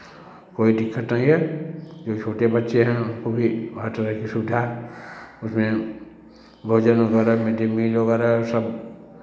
कोई दिक्कत नहीं है जो छोटे बच्चे हैं उसको भी हर तरह की सुविधा उसमें भोजन वगैरह मिड डे मील वगैरह सब